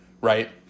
Right